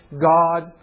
God